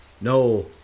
No